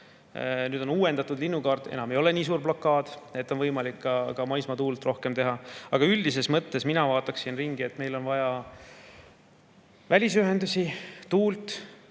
Nüüd on uuendatud linnukaarti, enam ei ole nii suur [blokk], on võimalik ka maismaatuule[parke] rohkem teha. Aga üldises mõttes vaataksin ma ringi. Meil on vaja välisühendusi, tuult,